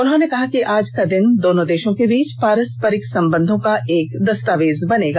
उन्होंने कहा कि आज का दिन दोनों देषों के बीच पारस्परिक संबंधों का एक दस्तावेज बनेगा